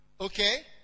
okay